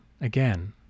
again